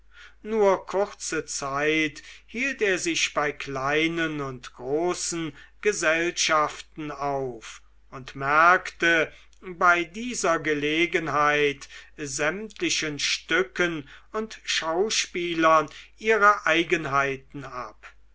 nur kurze zeit hielt er sich bei kleinen und großen gesellschaften auf und merkte bei dieser gelegenheit sämtlichen stücken und schauspielern ihre eigenheiten ab